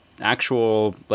actual